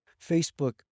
Facebook